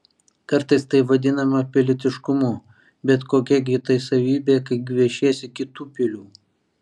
kartais tai vadinama pilietiškumu bet kokia gi tai savybė kai gviešiesi kitų pilių